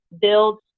build